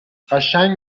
قشنگ